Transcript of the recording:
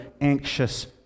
anxious